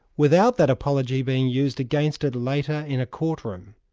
without that apology being used against it later in a courtroom.